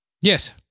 Yes